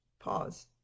pause